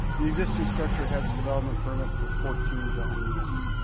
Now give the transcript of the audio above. the existing structure has a development permit for fourteen dwelling units.